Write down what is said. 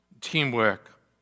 Teamwork